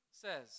says